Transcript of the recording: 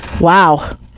Wow